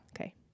Okay